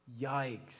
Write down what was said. Yikes